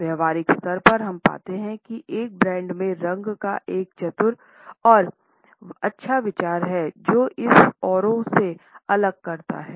व्यावहारिक स्तर पर हम पाते हैं कि एक ब्रांड में रंग का एक चतुर और अच्छा विचार है जो इसे औरो से अलग बनाता है